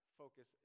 focus